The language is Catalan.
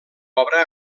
obra